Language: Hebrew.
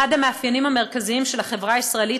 אחד המאפיינים המרכזיים של החברה הישראלית